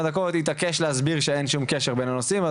דקות התעקש להסביר שאין שום קשר בין הנושאים.